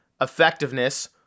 effectiveness